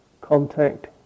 contact